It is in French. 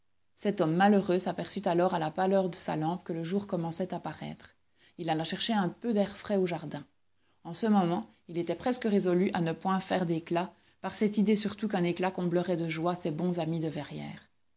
cet homme malheureux s'aperçut alors à la pâleur de sa lampe que le jour commençait à paraître il alla chercher un peu d'air frais au jardin en ce moment il était presque résolu à ne point faire d'éclat par cette idée surtout qu'un éclat comblerait de joie ses bons amis de verrières